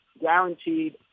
guaranteed